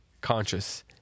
conscious